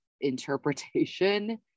interpretation